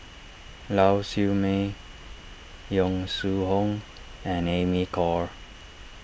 Lau Siew Mei Yong Shu Hoong and Amy Khor